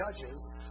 Judges